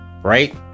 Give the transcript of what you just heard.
right